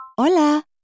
Hola